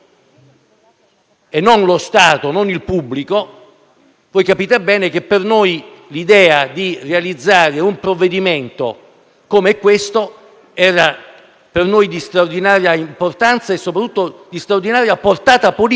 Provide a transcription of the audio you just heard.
e non lo Stato, non il pubblico, l'idea di realizzare un provvedimento come questo era di straordinaria importanza e soprattutto di straordinaria portata politica.